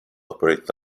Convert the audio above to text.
operated